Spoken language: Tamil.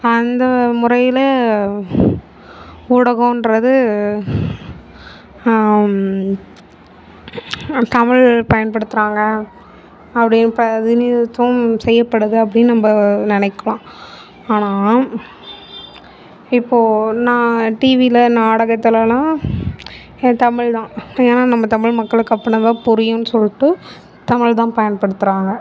அந்த முறையில் ஊடகன்றது தமிழ் பயன்படுத்துகிறாங்க அப்படி பிரதிநிதித்துவம் செய்யப்படுது அப்படினு நம்ம நினைக்கலாம் ஆனால் இப்போது நான் டிவியில் நாடகத்திலலாம் எ தமிழ் தான் ஏன்னா நம்ம தமிழ் மக்களுக்கு அப்பிடின்னா தான் புரியும்னு சொல்லிட்டு தமிழ் தான் பயன்படுத்துகிறாங்க